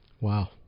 Wow